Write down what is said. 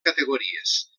categories